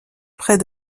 près